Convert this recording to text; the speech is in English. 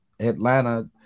Atlanta